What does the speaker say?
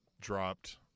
dropped